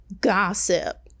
gossip